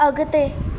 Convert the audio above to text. अॻिते